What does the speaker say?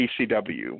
PCW